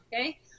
okay